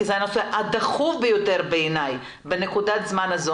כי זה הנושא הדחוף ביותר בעיני בנקודת הזמן הזאת.